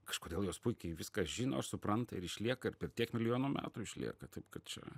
kažkodėl jos puikiai viską žino supranta ir išlieka ir per tiek milijonų metų išlieka taip kad čia